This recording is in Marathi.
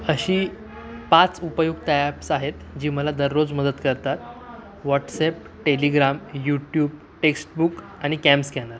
अशी पाच उपयुक्त ॲप्स आहेत जी मला दररोज मदत करतात व्हॉट्सॲप टेलिग्राम यूट्यूब टेक्स्टबुक आणि कॅम स्कॅनर